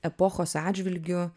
epochos atžvilgiu